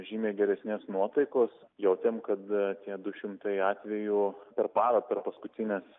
žymiai geresnės nuotaikos jautėm kad tie du šimtai atvejų per parą per paskutines